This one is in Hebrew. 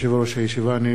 הנני מתכבד להודיע,